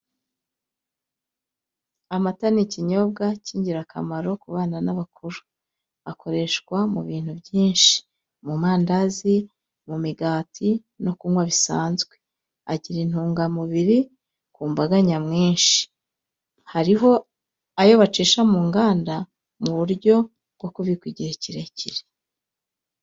Amata ni ikinyobwa k'ingirakamaro ku bana n'abakuru, akoreshwa mu bintu byinshi, mu mandazi, mu migati no kunywa bisanzwe, agira intungamubiri ku mbaga nya mwinshi, hariho ayo bacisha mu nganda mu buryo bwo kubikwa igihe kirekire.